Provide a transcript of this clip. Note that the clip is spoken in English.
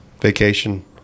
vacation